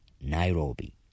Nairobi